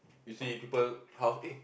you see people house eh